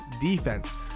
defense